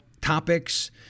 topics